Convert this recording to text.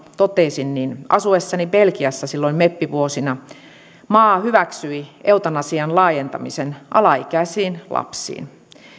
totesin asuessani silloin meppivuosina belgiassa maa hyväksyi eutanasian laajentamisen alaikäisiin lapsiin